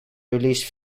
released